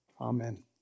Amen